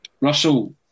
Russell